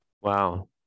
Wow